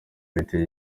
biteje